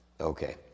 Okay